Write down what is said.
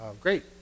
Great